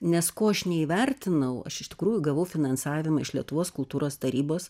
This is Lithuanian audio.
nes ko aš neįvertinau aš iš tikrųjų gavau finansavimą iš lietuvos kultūros tarybos